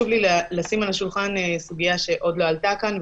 לשים על השולחן סוגיה שעוד לא עלתה כאן,